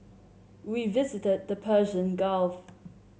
we visited the Persian Gulf